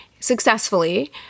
successfully